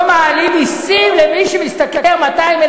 לא מעלים מסים למי שמשתכר 200,000